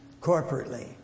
corporately